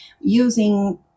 using